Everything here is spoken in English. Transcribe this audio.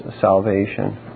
salvation